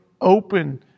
open